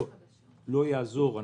לא יעזור,